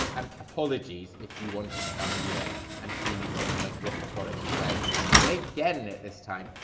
um apologies if you wanted to come here and see me sort of like rip a product to shreds. you ain't getting it this time.